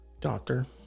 Doctor